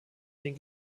den